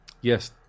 Yes